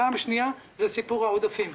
דבר שני הוא סיפור העודפים.